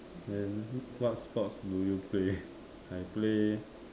then what sports do you play I play